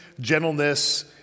gentleness